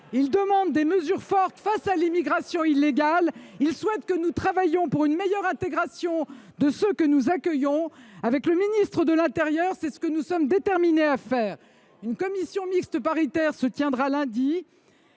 Ils demandent des mesures fortes face à l’immigration illégale. Ils souhaitent que nous travaillions à une meilleure intégration de ceux que nous accueillons. Avec le ministre de l’intérieur et des outre mer, je suis déterminée à le faire. Une commission mixte paritaire se réunira lundi